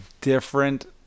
different